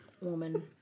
woman